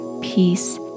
peace